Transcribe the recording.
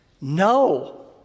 No